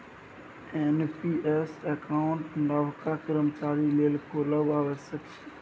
NPS account नबका कर्मचारी लेल खोलब आबश्यक छै